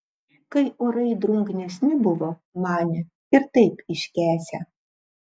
kai orai drungnesni buvo manė ir taip iškęsią